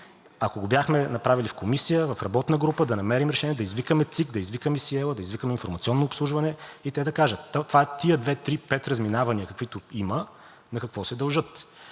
Ако го бяхме направили в Комисията, в работна група да намерим решение, да извикаме ЦИК, да извикаме „Сиела“, да извикаме „Информационно обслужване“ и те да кажат: тези две-три-пет разминавания, каквито има, на какво се дължат.